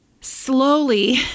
slowly